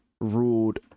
ruled